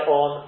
on